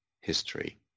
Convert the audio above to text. history